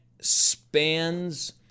spans